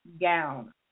gown